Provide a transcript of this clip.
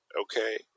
Okay